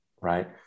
right